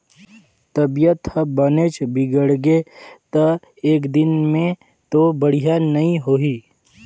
तबीयत ह बनेच बिगड़गे त एकदिन में तो बड़िहा नई होही